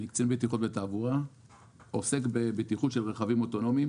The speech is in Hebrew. אני קצין בטיחות ותעבורה ועוסק בבטיחות של רכבים אוטונומיים